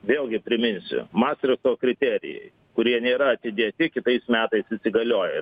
vėlgi priminsiu mastrichto kriterijai kurie nėra atidėti kitais metais įsigalioja